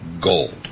gold